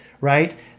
right